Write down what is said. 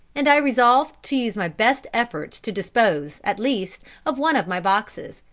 and i resolved to use my best efforts to dispose, at least, of one of my boxes,